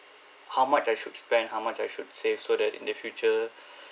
how much I should spend how much I should save so that in the future